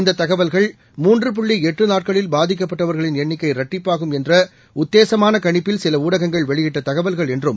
இந்ததகவல்கள் மூன்று புள்ளிளட்டுநாட்களில் பாதிக்கப்பட்டவர்களின் எண்ணிக்கை இரட்டிப்பாகும் என்றஉத்தேசமானகணிப்பில் சிலஊடகங்கள் வெளியிட்டதகவல்கள் என்றும்